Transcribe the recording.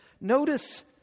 notice